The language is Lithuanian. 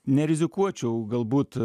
nerizikuočiau galbūt